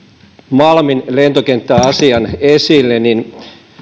malmin lentokenttä asian esille niin onhan